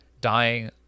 dying